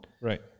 right